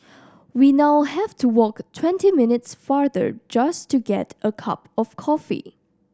we now have to walk twenty minutes farther just to get a cup of coffee